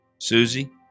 Susie